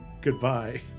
goodbye